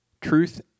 Truth